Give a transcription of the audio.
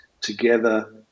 together